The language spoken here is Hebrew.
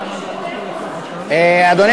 אדוני